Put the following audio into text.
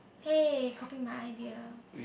hey copy my idea